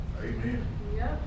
Amen